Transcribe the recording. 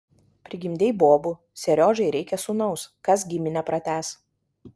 prigimdei bobų seriožai reikia sūnaus kas giminę pratęs